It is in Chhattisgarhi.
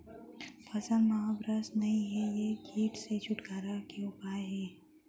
फसल में अब रस नही हे ये किट से छुटकारा के उपाय का हे?